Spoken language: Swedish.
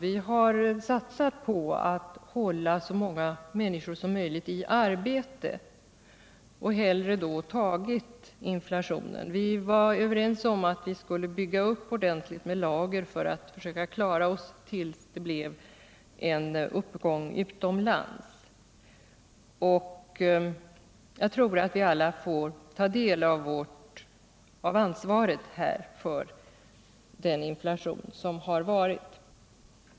Vi har satsat på att hålla så många människor som möjligt i arbete och hellre då tagit inflationen. Vi var överens om att vi skulle bygga upp ordentligt med lager för att försöka klara oss tills det blev en konjunkturuppgång utomlands. Jag tror att vi alla får ta vår del av ansvaret för den inflation som har varit.